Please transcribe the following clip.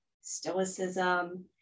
stoicism